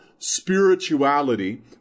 Spirituality